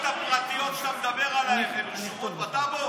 הפרטיות שאתה מדבר עליהן, הן רשומות בטאבו